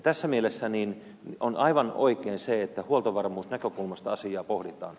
tässä mielessä on aivan oikein se että huoltovarmuusnäkökulmasta asiaa pohditaan